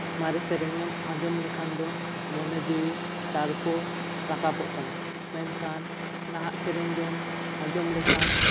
ᱢᱟᱨᱮ ᱥᱮᱨᱮᱧ ᱮᱢ ᱟᱸᱡᱚᱢ ᱞᱮᱠᱷᱟᱱ ᱫᱚ ᱢᱚᱱᱮ ᱡᱤᱣᱤ ᱛᱟᱨᱠᱚ ᱨᱟᱠᱟᱵᱚᱜ ᱛᱟᱢᱟ ᱢᱮᱱᱠᱷᱟᱱ ᱱᱟᱦᱟᱜ ᱥᱮᱨᱮᱧ ᱫᱚᱢ ᱟᱸᱡᱚᱢ ᱞᱮᱠᱷᱟᱱ